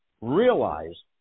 realize